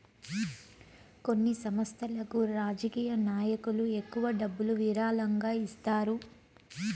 కొన్ని సంస్థలకు రాజకీయ నాయకులు ఎక్కువ డబ్బులు విరాళంగా ఇస్తారు